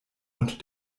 und